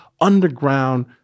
underground